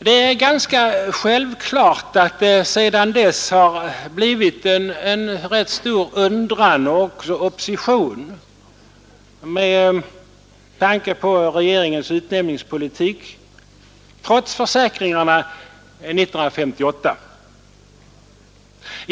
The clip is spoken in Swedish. Det är ganska självklart att det sedan dess har förmärkts en stor undran över och en stark opposition mot regeringens utnämningspolitik, trots försäkringarna 1958.